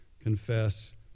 confess